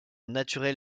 naturel